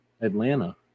Atlanta